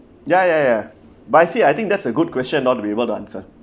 ya ya ya but actually I think that's a good question not to be able to answer